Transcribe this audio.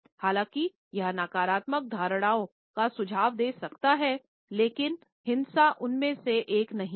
हालांकि यह नकारात्मक धारणाओं का सुझाव दे सकता है लेकिन हिंसा उनमें से एक नहीं है